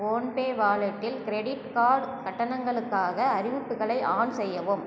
PhonePe வாலெட்டில் credit card கட்டணங்களுக்காக அறிவிப்புகளை ஆன் செய்யவும்